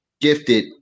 gifted